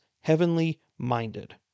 heavenly-minded